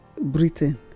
Britain